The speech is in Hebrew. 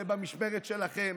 זה במשמרת שלכם.